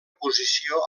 posició